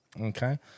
okay